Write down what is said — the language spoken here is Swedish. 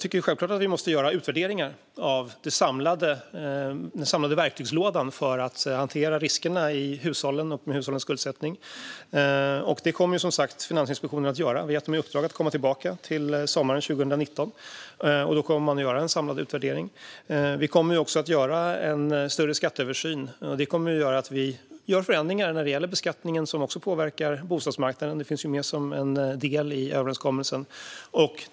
Självklart tycker jag att vi måste göra utvärderingar av den samlade verktygslådan för att hantera riskerna med hushållens skuldsättning. Det kommer, som sagt, Finansinspektionen att göra. Vi har gett dem i uppdrag att komma tillbaka till sommaren 2019. Då kommer det att göras en samlad utvärdering. Vi kommer också att göra en större skatteöversyn. Det kommer att innebära att vi gör förändringar när det gäller beskattningen som också påverkar bostadsmarknaden. Det finns med som en del i överenskommelsen.